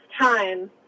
time